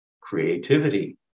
creativity